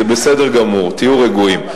זה בסדר גמור, תהיו רגועים.